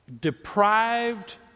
deprived